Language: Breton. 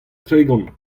tregont